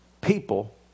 people